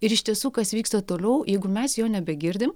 ir iš tiesų kas vyksta toliau jeigu mes jo nebegirdim